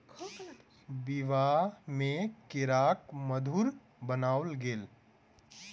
विवाह में केराक मधुर बनाओल गेल